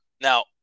Now